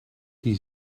die